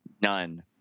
None